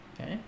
okay